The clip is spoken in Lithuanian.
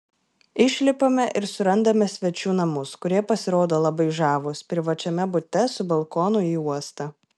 išlipame ir surandame svečių namus kurie pasirodo labai žavūs privačiame bute su balkonu į uostą